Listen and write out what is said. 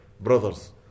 brothers